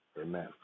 Amen